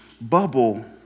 bubble